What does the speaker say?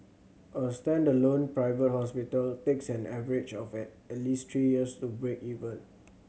a standalone private hospital takes an average of at at least three years to break even